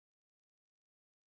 psychology